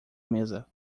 mesa